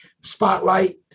spotlight